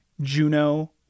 Juno